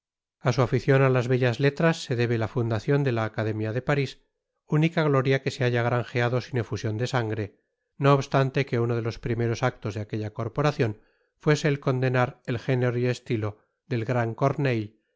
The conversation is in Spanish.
a su aficion á tas bettas tetras se debe ta fundacion de ta academia de paris única gtoria que se haya granjeado sin efusion de sangre do obstante que uno de tos primeros actos de aquetta corporacion fuese et condenar et género y estito det gran